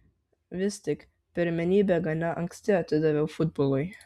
vis tik pirmenybę gana anksti atidaviau futbolui